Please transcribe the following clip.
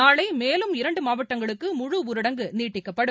நாளை மேலும் இரண்டு மாவட்டங்களுக்கு முழு ஊரடங்கு நீடிக்கப்படும்